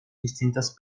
distintas